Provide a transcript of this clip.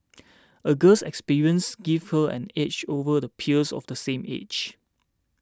a girl's experiences gave her an edge over the peers of the same age